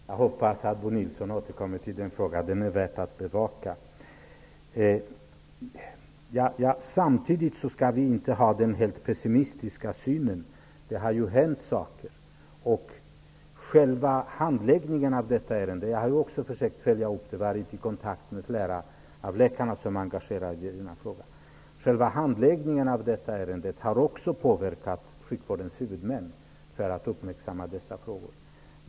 Herr talman! Jag var nära att säga amen. Jag hoppas att Bo Nilsson återkommer till frågan. Den är värd att bevaka. Samtidigt skall vi inte ha en helt pessimistisk syn. Det har ju hänt saker. Jag har också försökt följa upp ärendet och varit i kontakt med flera av läkarna som är engagerade och vet att själva handläggningen av ärendet har påverkat sjukvårdens huvudmän till att uppmärksamma dessa frågor.